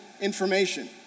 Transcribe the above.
information